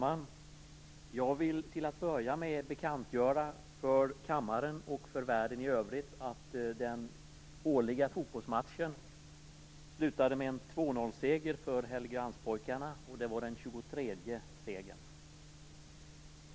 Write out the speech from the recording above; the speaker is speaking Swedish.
Herr talman! Jag vill först bekantgöra för kammaren och för världen i övrigt att riksdagens årliga fotbollsmatch slutade med en 2-0-seger för Helgeandspojkarna. Det var deras 23:e seger.